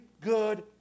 good